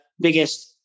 biggest